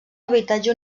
habitatge